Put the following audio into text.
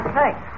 Thanks